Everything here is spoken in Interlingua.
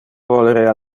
volerea